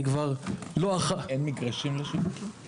אין מגרשים לשיווק?